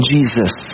Jesus